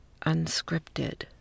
unscripted